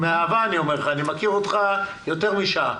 אני אומר לך עם אהבה, אני מכיר אותך יותר משעה.